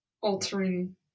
altering